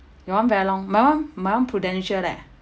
your [one] very long my [one] my [one] prudential leh